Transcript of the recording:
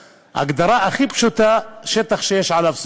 שבהגדרה הכי פשוטה הם עדיין שטח שיש עליו סכסוך,